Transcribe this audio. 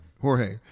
Jorge